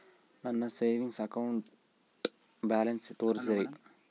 ನನ್ನ savings account balance ತೋರಿಸಿ?